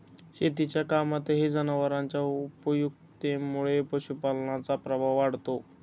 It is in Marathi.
शेतीच्या कामातही जनावरांच्या उपयुक्ततेमुळे पशुपालनाचा प्रभाव वाढतो